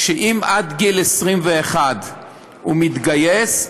אם עד גיל 21 הוא מתגייס,